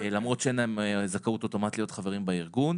למרות שאין להם זכאות אוטומטית להיות חברים בארגון.